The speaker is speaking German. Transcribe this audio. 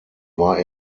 war